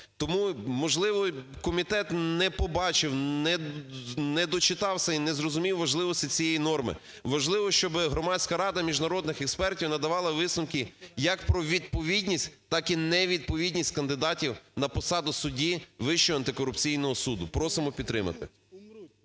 Тому, можливо, комітет не побачив, недочитав і не зрозумів важливості цієї норми. Важливо, щоб Громадська рада міжнародних експертів надавала висновки як про відповідність, так і невідповідність кандидатів на посаду судді Вищого антикорупційного суду. Просимо підтримати.